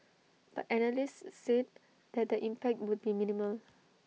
but analysts said that the impact would be minimal